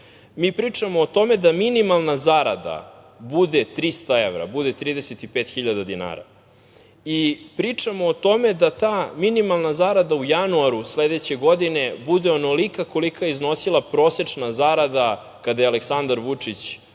Pričamo o tome da minimalna zarada bude 300 evra, 35.000 dinara i pričamo o tome da ta minimalna zarada u januaru sledeće godine bude onolika koliko je iznosila prosečna zarada kada je Aleksandar Vučić